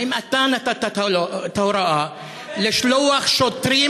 האם אתה נתת את ההוראה לשלוח שוטרים,